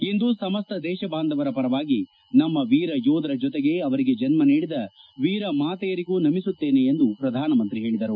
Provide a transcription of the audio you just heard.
ಇಂದು ಸಮಸ್ತ ದೇಶ ಬಾಂಧವರ ಪರವಾಗಿ ನಮ್ಮ ವೀರ ಯೋಧರ ಜೊತೆಗೆ ಅವರಿಗೆ ಜನ್ಮ ನೀಡಿದ ವೀರ ಮಾತೆಯರಿಗೂ ನಮಿಸುತ್ತೇನೆ ಎಂದು ಪ್ರಧಾನಮಂತ್ರಿ ಹೇಳಿದರು